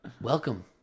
Welcome